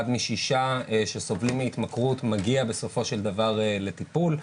משישה שסובלים מהתמכרות מגיע בסופו של דבר לטיפול.